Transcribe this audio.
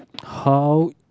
how